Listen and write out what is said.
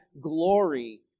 glory